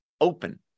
open